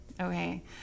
Okay